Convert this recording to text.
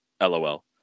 LOL